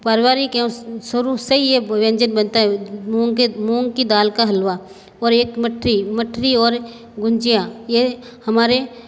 पारिवारिक हैं शुरू से ही है व्यंजन बनता है मूंग की मूंग की दाल का हलवा और एक मठरी मठरी और गुंजियां यह हमारे